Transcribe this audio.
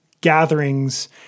gatherings